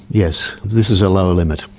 yes, this is a lower limit.